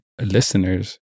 listeners